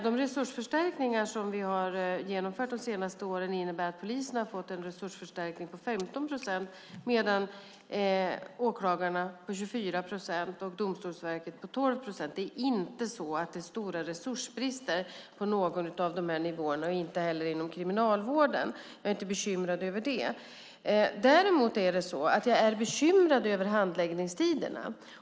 De resursförstärkningar som vi har genomfört de senaste åren innebär att polisen har fått en resursförstärkning med 15 procent, medan åklagarna fått en resursförstärkning med 24 procent och Domstolsverket 12 procent. Det är inte så att det är stora resursbrister i någon av de här delarna och inte heller inom kriminalvården, så jag är inte bekymrad över det. Däremot är jag bekymrad över handläggningstiderna.